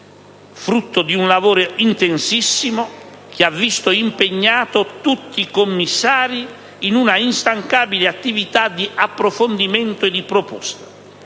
frutto di un lavoro intensissimo, che ha visto impegnati tutti i commissari in un'instancabile attività di approfondimento e di proposta.